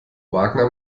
wagner